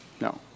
No